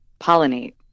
pollinate